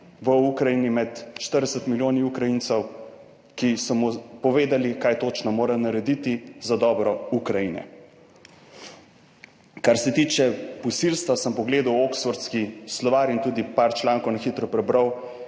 v Ukrajini med 40 milijoni Ukrajincev, ki so mu povedali, kaj točno mora narediti za dobro Ukrajine. Kar se tiče posilstva, sem pogledal Oxfordski slovar in tudi par člankov na hitro prebral.